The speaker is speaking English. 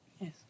Yes